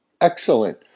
Excellent